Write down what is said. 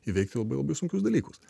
įveikti labai labai sunkius dalykus